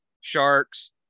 sharks